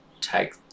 Take